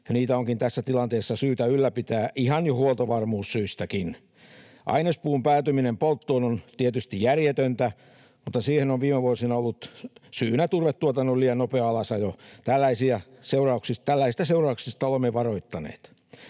niitä onkin tässä tilanteessa syytä ylläpitää ihan jo huoltovarmuussyistäkin. Ainespuun päätyminen polttoon on tietysti järjetöntä, mutta siihen on viime vuosina ollut syynä turvetuotannon liian nopea alasajo. Tällaisista seurauksista olemme varoittaneet.